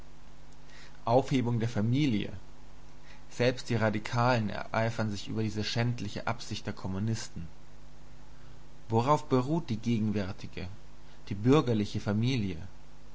aufhebung der familie selbst die radikalsten ereifern sich über diese schändliche absicht der kommunisten worauf beruht die gegenwärtige die bürgerliche familie